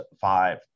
five